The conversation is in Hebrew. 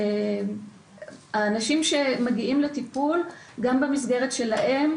שהאנשים שמגיעים לטיפול גם במסגרת שלהם,